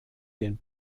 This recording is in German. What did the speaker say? den